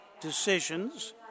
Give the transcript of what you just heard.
decisions